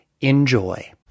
enjoy